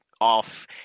off